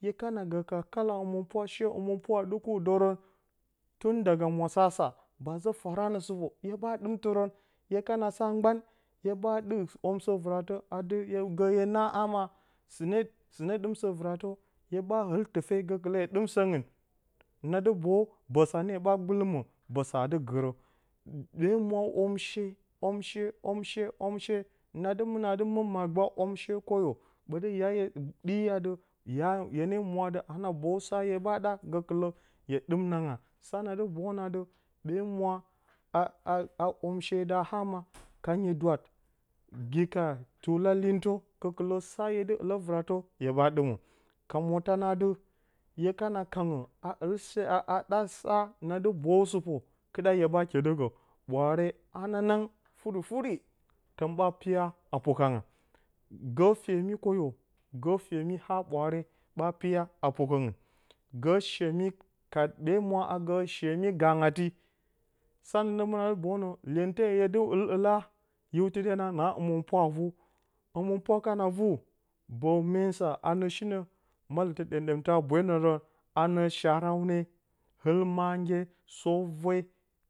Hye kana gǝ ka kala hǝmɨnpwa, she hǝmɨnpwa a ɗɨku dǝrǝn tun daga mwasa sa ba zǝ fǝranǝ supo, hya ɗɨmtɨ rǝn. Hye kana sa mgban hye ɓa ɗɨk omshi vɨratǝ, a dɨ hye gǝ hye na ama sɨne, sɨne ɗɨm sǝ-vɨratǝ hye ɓa ɨl tɨfe gǝ hye ɗɨm sǝngɨn, na boyu, bǝsa ne ɓa gbɨlɨmǝ. Bǝsa aa dɨ gɨrǝ. Ɓe mwa omshe. omshe omshe. omshe, na dɨ mɨna dɨ mɨn magba omshe koyo. Ɓǝtɨ ya hye ɗiyi atɨ, ya, hyene mwi atɨ a na boyu sa hye ɓa ɗa gǝkɨlǝ hye ɗɨm nanga. Sa na dɨ boyu nǝ atɨ, ɓe mwa a omshe da ama kanyi dwat gi ka tuula lyintǝ. Gǝkɨlǝ sa hye dɨ ɨlǝ vɨratǝ, hye ɓa ɗɨmǝ. Ka mwotǝ nǝ atɨ, hye kana kangǝ a ɨl se a ɗa sa na dɨ boyu supo, kɨɗa hye ɓa kyeɗǝkǝ. Ɓwaare hananang furi-furi, tǝn ɓa piyaa pukanga gǝǝ femi koyo. Gǝǝ femi a ɓwaare ɓa piya pukǝngɨn. Gǝǝ shemi ɓe mwa a gǝǝ shemi gangrati. na boyu nǝ lyente hye dɨ ɨl ɨlla, hiwtɨ de nǝ atɨ na hǝmɨnpwa a vu. Hǝmɨnpwa kana vu. bǝ myensa nǝ shinǝ mallɨmtɨ ɗǝm-ɗǝmtǝ a bwelǝrǝn a nǝ sharawne, ɨl mandye, sop we,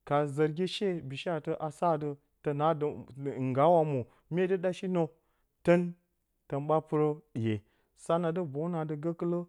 ka zǝrgi she a sa atɨ, nggaa wa mwo, mye dɨ ɗa shinǝ, tǝn tǝn ɓa pɨrǝ ɗiye. sa na dɨ boyu nǝ atɨ gǝkɨlǝ